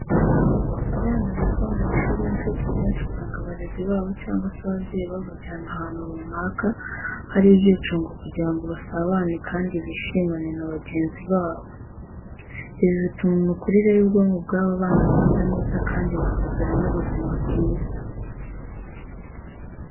Abana biga mu mashuri y'incuke akenshi usanga abarezi babo cyangwa se ababyeyi babajyana ahantu runaka hari ibyicungo kugira ngo basabane, kandi bishimane na bagenzi babo. Ibi bituma imikurire y'ubwonko bw'aba bana igenda neza kandi bakagira n'ubuzima bwiza.